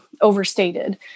overstated